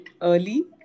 early